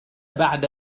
بعد